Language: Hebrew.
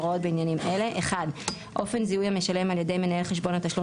הוראות בעניינים אלה: אופן זיהוי המשלם על ידי מנהל חשבון התשלום